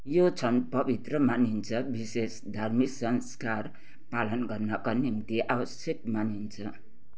यो क्षण पवित्र मानिन्छ विशेष धार्मिक संस्कार पालन गर्नाका निम्ति आवश्यक मानिन्छ